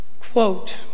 Quote